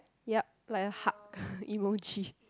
yup like a hug emoji